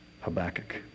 Habakkuk